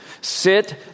Sit